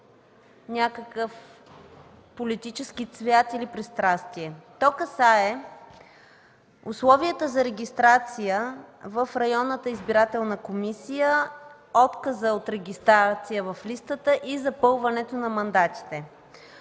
някакъв политически цвят или пристрастие. Касае условията за регистрация в районната избирателна комисия, отказа от регистрация в листата и запълването на мандатите.